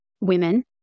women